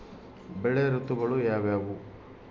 ಬೆಳೆ ಋತುಗಳು ಯಾವ್ಯಾವು?